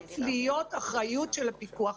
חייבת להיות אחריות של הפיקוח.